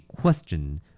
question